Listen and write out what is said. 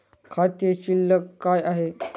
खाते शुल्क काय आहे?